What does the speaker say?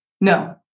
No